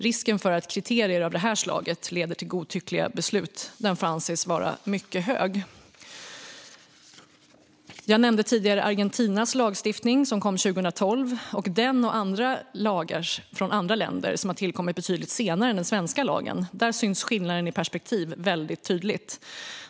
Risken för att kriterier av det här slaget leder till godtyckliga beslut får anses vara mycket hög. Jag nämnde tidigare Argentinas lagstiftning som kom 2012. I den och andra lagar i andra länder som har tillkommit betydligt senare än den svenska lagen syns skillnaden i perspektiv väldigt tydligt.